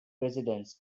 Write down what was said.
residents